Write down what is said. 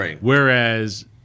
Whereas